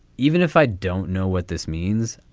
even if i don't know what this means,